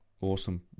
Awesome